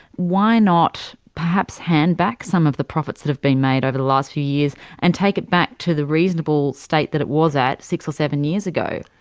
why not perhaps hand back some of the profits that have been made over the last few years and take it back to the reasonable state that it was at six or seven years ago?